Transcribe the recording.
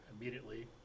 immediately